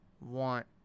want